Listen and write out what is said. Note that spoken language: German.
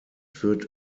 führt